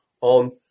on